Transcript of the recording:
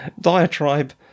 diatribe